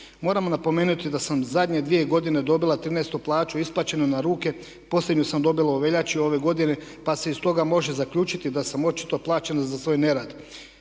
Moram napomenuti da sam zadnje dvije godine dobila 13 plaću isplaćenu na ruku. Posljednju sam dobila u veljači ove godine pa se iz toga može zaključiti da sam očito plaćena za svoj nerad.